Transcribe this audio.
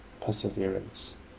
perseverance